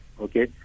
Okay